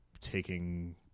taking